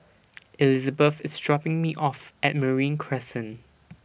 Elizabeth IS dropping Me off At Marine Crescent